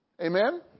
Amen